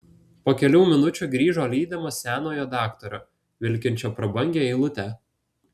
po kelių minučių grįžo lydimas senojo daktaro vilkinčio prabangią eilutę